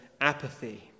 apathy